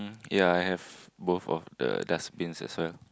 ya I have both of the dustbins as well